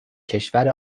کشور